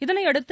இதனையடுத்து